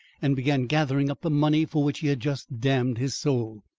and began gathering up the money for which he had just damned his soul.